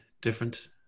different